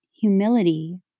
humility